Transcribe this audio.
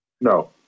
No